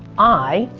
i,